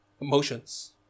emotions